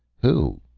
who?